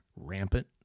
rampant